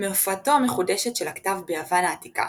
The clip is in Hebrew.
מהופעתו המחודשת של הכתב ביוון העתיקה,